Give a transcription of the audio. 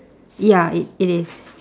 ya it it is